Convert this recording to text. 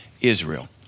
Israel